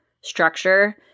structure